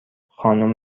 خانم